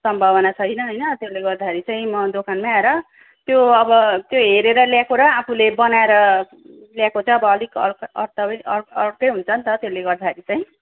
सम्भावना छैन होइन त्यसले गर्दाखेरि चाहिँ म दोकानमै आएर त्यो अब त्यो हेरेर ल्याएको र आफूले बनाएर ल्याएको चाहिँ अब अलिक अर्कै अतवै अर अर्कै हुन्छ नि त त्यसले गर्दाखेरि चाहिँ